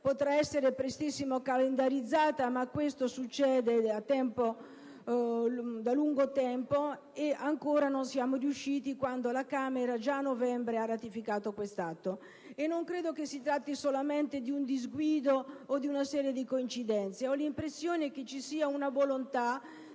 potrà essere prestissimo calendarizzata, ma questo succede da lungo tempo e ancora non è avvenuto, a differenza della Camera che già a novembre ha ratificato questo atto. Non credo si tratti solamente di un disguido o di una serie di coincidenze. Ho l'impressione che ci sia la volontà